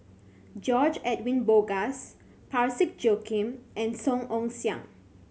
George Edwin Bogaars Parsick Joaquim and Song Ong Siang